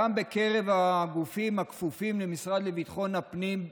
גם בקרב הגופים הכפופים למשרד לביטחון הפנים,